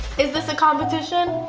is this a competition?